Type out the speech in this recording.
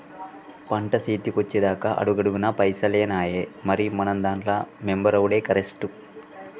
పంట సేతికొచ్చెదాక అడుగడుగున పైసలేనాయె, మరి మనం దాంట్ల మెంబరవుడే కరెస్టు